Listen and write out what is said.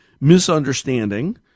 misunderstanding